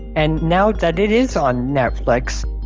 and now that it is on netflix,